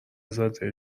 زاده